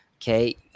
Okay